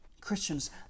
Christians